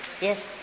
Yes